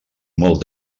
molt